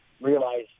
realize